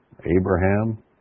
Abraham